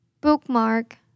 Bookmark